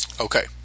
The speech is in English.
Okay